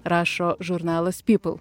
rašo žurnalas pypel